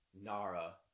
Nara